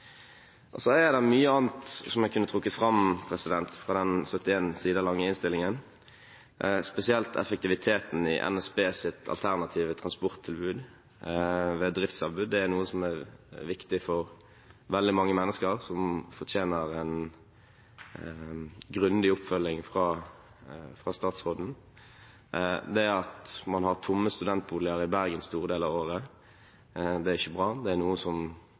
Det er mye annet jeg kunne trukket fram fra den 30 sider lange innstillingen. Spesielt effektiviteten i NSBs alternative transporttilbud ved driftsavbrudd er noe som er viktig for veldig mange mennesker, og som fortjener en grundig oppfølging fra statsråden. Det at man har tomme studentboliger i Bergen store deler av året, er ikke bra. Det er noe